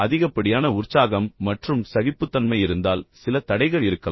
அதிகப்படியான உற்சாகம் மற்றும் சகிப்புத்தன்மை இருந்தால் சில தடைகள் இருக்கலாம்